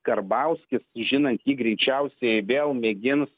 karbauskis žinant jį greičiausiai vėl mėgins